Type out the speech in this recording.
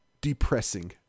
depressing